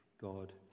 God